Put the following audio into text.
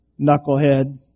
knucklehead